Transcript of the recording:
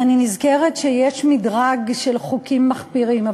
אני נזכרת שיש מדרג של חוקים מחפירים.